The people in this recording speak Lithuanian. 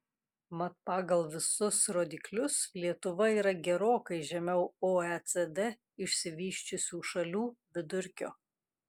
mat pagal visus rodiklius lietuva yra gerokai žemiau oecd išsivysčiusių šalių vidurkio